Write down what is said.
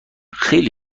خیلی